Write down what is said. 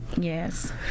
Yes